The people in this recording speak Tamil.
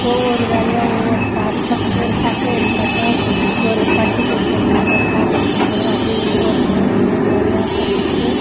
ஒவ்வொரு வேலையாக ஒவ்வொரு பார்ட்ஸ்சாக ஒரு சட்டையை எடுத்தாக்கா ஒரு பட்டி தைக்கிறது ஒரு பாக்கெட்டு தைக்கிறது அப்படி ஒவ்வொரு நாளும் ஒவ்வொரு வேலையாக கற்றுக்கிட்டு